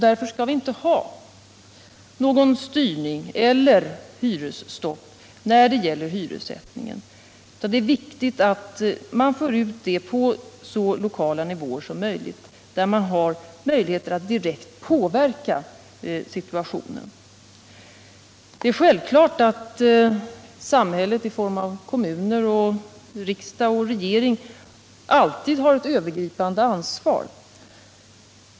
Därför skall vi inte ha någon statlig styrning när det gäller hyressättningen eller något hyresstopp. Det är viktigt att man för ut det på så lokala nivåer som möjligt, där människor har möjligheter att direkt påverka situationen. Det är självklart att samhället i form av kommuner, riksdag och regering alltid har ett övergripande ansvar.